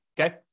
okay